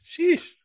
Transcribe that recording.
Sheesh